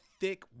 thick